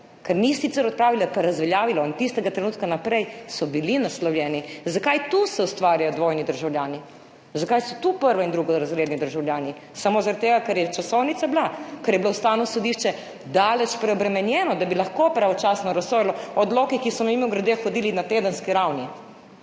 ker sicer ni odpravilo, je pa razveljavilo. Od tistega trenutka naprej so bili naslovljeni. Zakaj se tu ustvarjajo dvojni državljani? Zakaj so tu prvo- in drugorazredni državljani? Samo zaradi tega, ker je bila časovnica, ker je bilo Ustavno sodišče daleč preobremenjeno, da bi lahko pravočasno razsojalo, odloki, ki so, mimogrede, hodili na tedenski ravni,